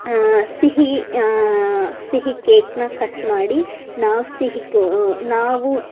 ಸಿಹಿ ಸಿಹಿ ಕೇಕನ್ನು ಕಟ್ ಮಾಡಿ ನಾವು ಸಿಹಿ ಕೋ ನಾವು